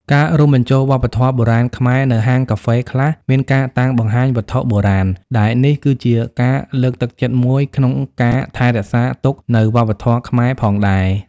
ការរួមបញ្ចូលវប្បធម៌បុរាណខ្មែរ នៅហាងកាហ្វេខ្លះមានការតាំងបង្ហាញវត្ថុបុរាណ ដែលនេះគឺជាការលើកទឹកចិត្តមួយក្នុងការថែរក្សាទុកនៅវប្បធម៌ខ្មែរផងដែរ។